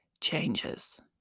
changes